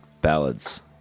ballads